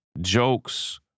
jokes